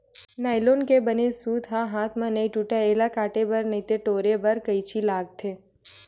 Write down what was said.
nylon के बने सूत ह हाथ म नइ टूटय, एला काटे बर नइते टोरे बर कइची लागथे